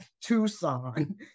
Tucson